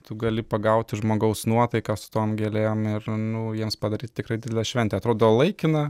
tu gali pagauti žmogaus nuotaiką su tom gėlėm ir nu jiems padaryt tikrai didelę šventę atrodo laikina